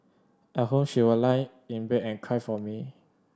at home she would lie in bed and cry for me